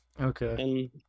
Okay